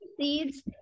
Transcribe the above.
Seeds